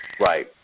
Right